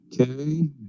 Okay